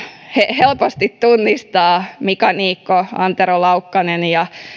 helposti tunnistaa mika niikko antero laukkanen ja